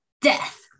Death